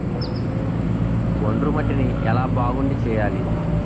ఒండ్రు మట్టిని ఎలా బాగుంది చేయాలి?